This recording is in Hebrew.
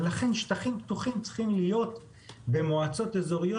ולכן שטחים פתוחים צריכים להיות במועצות אזוריות